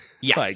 Yes